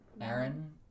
Aaron